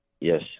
Yes